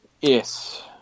Yes